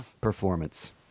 performance